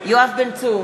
יואב בן צור,